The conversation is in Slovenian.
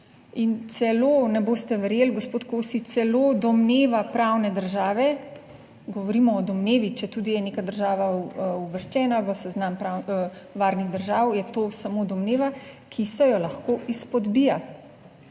in celo, ne boste verjeli, gospod Kosi, celo domneva pravne države, govorimo o domnevi, četudi je neka država uvrščena v seznam varnih držav, je to samo domneva, ki se jo lahko izpodbija.